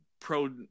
pro